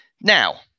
Now